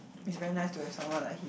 is very nice to have someone like him